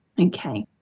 Okay